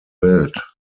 welt